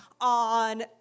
on